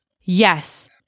Yes